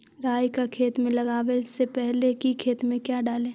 राई को खेत मे लगाबे से पहले कि खेत मे क्या डाले?